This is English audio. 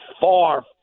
far